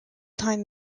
time